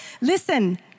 Listen